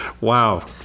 Wow